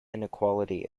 inequality